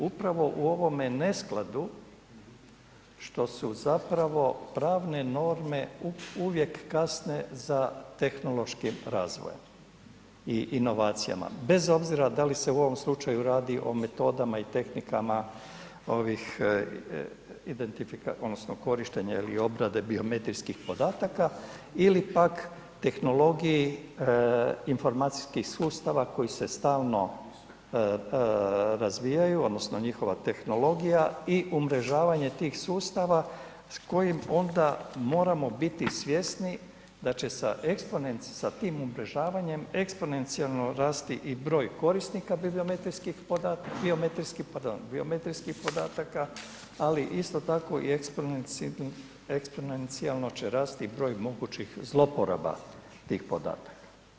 Upravo u ovome neskladu što su zapravo pravne norme uvijek kasne za tehnološkim razvojem i inovacijama bez obzira da li se u ovom slučaju radi o metodama i tehnikama ovih identifika odnosno korištenje ili obrade biometrijskih podataka ili pak tehnologiji informacijskih sustava koji se stalno razvijaju odnosno njihova tehnologija i umrežavanje tih sustava s kojim onda moramo biti svjesni da će sa eksponenc, sa tim umrežavanjem eksponencijalno rasti i broj korisnika bibliometrijskih podataka, biometrijskih pardon, biometrijskih podataka, ali isto tako i eksponencijalno će rasti broj mogućih zloporaba tih podataka.